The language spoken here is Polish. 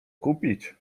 kupić